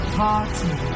party